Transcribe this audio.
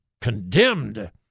condemned